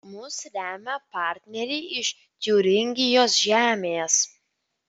mus remia partneriai iš tiuringijos žemės